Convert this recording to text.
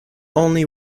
only